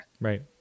Right